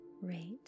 rate